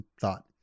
thought